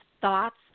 thoughts